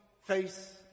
face